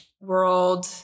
world